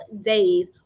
days